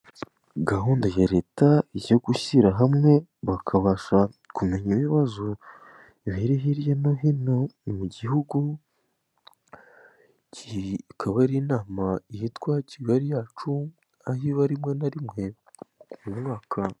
Gahunda ya letajya gushyira hamwe bakabasha kumenya ibibazo bi biri hirya no hino mu gihugu, iyi ikaba ari inama yitwa kigali yacu, aho iba rimwe na rimwe mu mwaka.